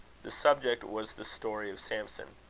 the subject was the story of samson.